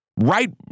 right